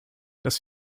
dass